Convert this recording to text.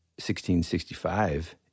1665